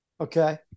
Okay